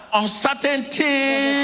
uncertainty